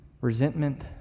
Resentment